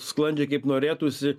sklandžiai kaip norėtųsi